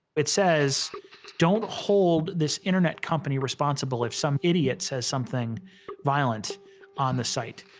it says don't hold this internet company responsible if some idiot says something violent on the site.